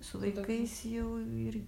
su vaikais jau irgi